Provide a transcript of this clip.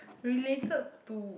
related to